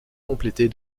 complétée